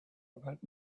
about